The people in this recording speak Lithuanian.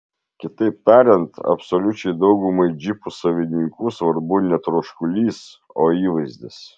kitaip tariant absoliučiai daugumai džipų savininkų svarbu ne troškulys o įvaizdis